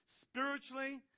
spiritually